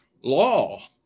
law